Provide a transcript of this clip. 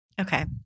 Okay